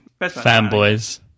fanboys